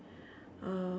uh